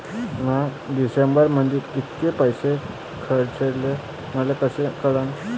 म्या डिसेंबरमध्ये कितीक पैसे खर्चले मले कस कळन?